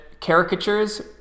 caricatures